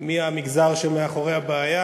מי המגזר שמאחורי הבעיה.